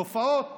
תופעות